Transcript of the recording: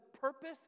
purpose